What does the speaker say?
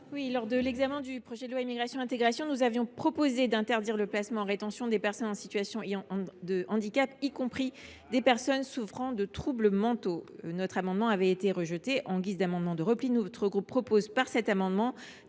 Lors de l’examen du projet de loi Immigration et Intégration, nous avions proposé d’interdire le placement en rétention des personnes en situation de handicap, y compris les personnes souffrant de troubles mentaux. Notre amendement avait été rejeté. En guise de repli, le groupe SER propose, par cet amendement